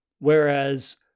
whereas